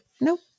Nope